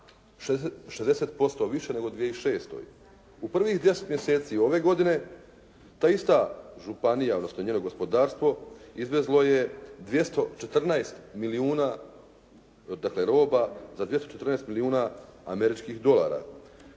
60% više nego u 2006. U prvih 10 mjeseci ove godine ta ista županija, odnosno njeno gospodarstvo izvezlo je 214 milijuna dakle roba za 214 milijuna američkih dolara